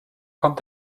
kommt